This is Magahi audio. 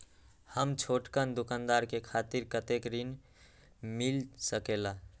हम छोटकन दुकानदार के खातीर कतेक ऋण मिल सकेला?